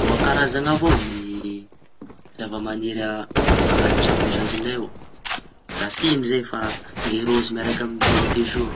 Roa karazana avao ny zava maniry a- añaty traño zandriñay ao da tsy iño zay fa ny raozy miaraky beledezoro.